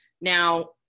Now